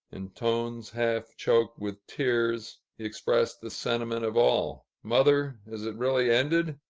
in tones half-choked with tears, he expressed the sentiment of all mother, is it really ended?